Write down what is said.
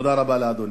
תודה רבה לאדוני.